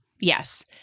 Yes